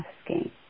asking